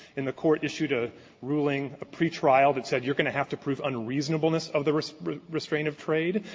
and the court issued a ruling pretrial that said you're going to have to prove unreasonableness of the restraint of trade.